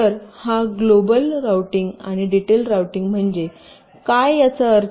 तर हा global routing आणि डिटेल रूटिंग म्हणजे काय याचा अर्थ